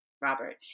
Robert